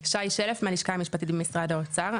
סליחה, שי שלף מהלשכה המשפטית במשרד האוצר.